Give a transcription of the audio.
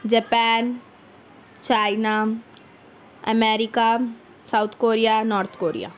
Japan China America South Korea North Korea